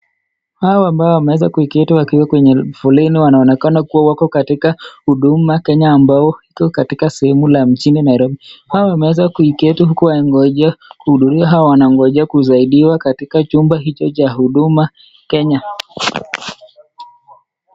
Hawa ambao wameeza kuiketi wakiwa kwenye foleni wanaonekana kuwa wako katika, Huduma Kenya, ambao iko katika sehemu ya mjini Nairobi, hawa wameweza kuiketi huku waingojee, kuhudumiwa, hawa wanangojea kuzaidiwa katika chumba hicho cha Huduma Kenya.